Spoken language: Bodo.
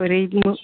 ओरैबो